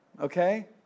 Okay